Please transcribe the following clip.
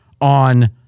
on